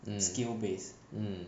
mm mm